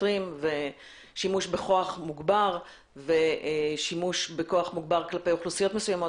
שוטרים ושימוש בכוח מוגבר ושימוש בכוח מוגבר כלפי אוכלוסיות מסוימות.